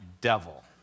devil